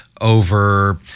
over